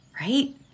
right